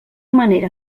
manera